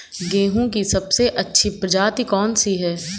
गेहूँ की सबसे अच्छी प्रजाति कौन सी है?